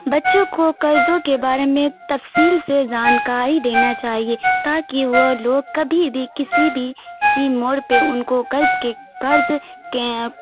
بچّوں کو قرضوں کے بارے میں تفصیل سے جانکاری دینا چاہیے تا کہ وہ لوگ کبھی بھی کسی بھی سی موڑ پہ ان کو قرض کے قرض کیں